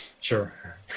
Sure